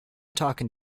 talking